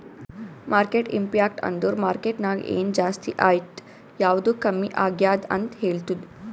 market impact ಅಂದುರ್ market ನಾಗ್ ಎನ್ ಜಾಸ್ತಿ ಆಯ್ತ್ ಯಾವ್ದು ಕಮ್ಮಿ ಆಗ್ಯಾದ್ ಅಂತ್ ಹೇಳ್ತುದ್